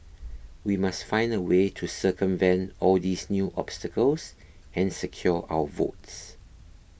we must find a way to circumvent all these new obstacles and secure our votes